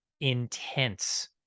intense